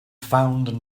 found